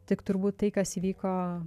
tik turbūt tai kas įvyko